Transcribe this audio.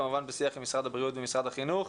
כמובן בשיח עם משרד הבריאות ומשרד החינוך.